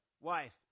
wife